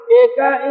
eka